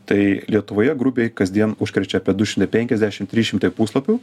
tai lietuvoje grubiai kasdien užkrečia apie du šimtai penkiasdešim trys šimtai puslapių